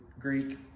Greek